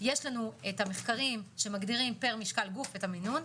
יש לנו המחקרים שמגדירים פר משקל גוף את המינון.